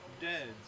Dead